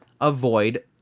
avoid